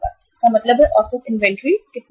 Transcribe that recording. इसका मतलब है औसत इन्वेंट्री कितना है